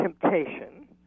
temptation